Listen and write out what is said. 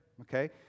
okay